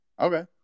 Okay